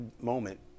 moment